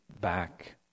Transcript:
back